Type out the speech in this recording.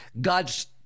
God's